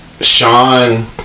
Sean